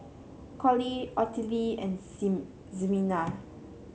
Collie Ottilie and Ximena